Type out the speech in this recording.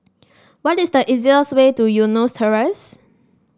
what is the easiest way to Eunos Terrace